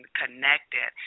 connected